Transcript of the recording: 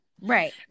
right